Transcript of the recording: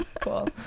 cool